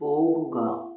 പോവുക